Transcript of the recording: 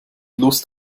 lust